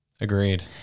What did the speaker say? Agreed